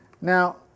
Now